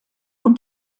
und